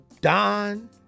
Don